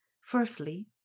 Firstly